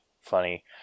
funny